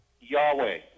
Yahweh